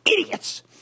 idiots